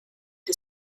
the